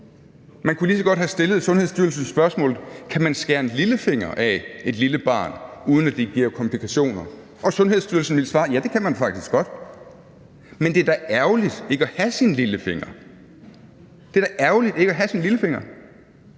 Man kunne lige så godt have stillet Sundhedsstyrelsen spørgsmålet, om man kan skære en lillefinger af et lille barn, uden at det giver komplikationer, og Sundhedsstyrelsen ville svare: Ja, det kan man faktisk godt. Men det er da ærgerligt ikke at have sin lillefinger – det er da ærgerligt ikke at have sin lillefinger!